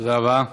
תודה רבה.